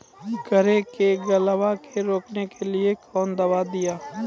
करेला के गलवा के रोकने के लिए ली कौन दवा दिया?